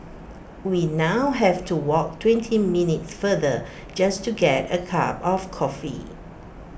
we now have to walk twenty minutes farther just to get A cup of coffee